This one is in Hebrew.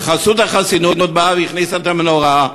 בחסות החסינות באה והכניסה את המנורה.